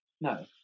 no